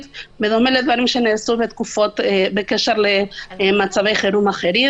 בדומה לדברים שנעשו בהקשר של מצבי חירום אחרים.